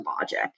logic